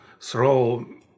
throw